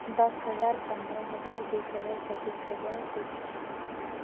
दस हज़ार पंद्रह हज़ार बीस हज़ार पच्चीस हज़ार तीस हज़ार